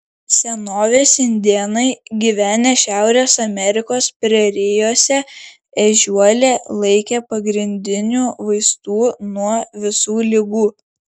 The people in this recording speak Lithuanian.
senovės indėnai gyvenę šiaurės amerikos prerijose ežiuolę laikė pagrindiniu vaistu nuo visų ligų